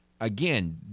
again